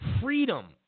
freedom